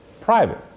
private